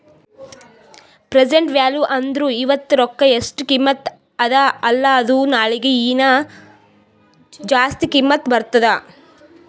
present value ಅಂದುರ್ ಇವತ್ತ ರೊಕ್ಕಾ ಎಸ್ಟ್ ಕಿಮತ್ತ ಅದ ಅಲ್ಲಾ ಅದು ನಾಳಿಗ ಹೀನಾ ಜಾಸ್ತಿ ಕಿಮ್ಮತ್ ಬರ್ತುದ್